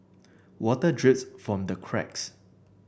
water drips from the cracks